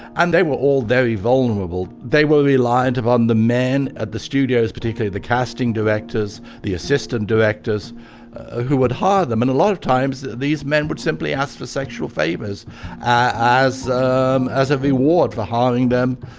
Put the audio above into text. and they were all very vulnerable. they were reliant upon the men at the studios particularly the casting directors, the assistant directors who would hire them. and a lot of times these men would simply ask for sexual favors as um as a reward for hiring them